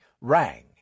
rang